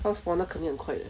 放 spawner 肯定很快的